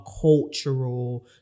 cultural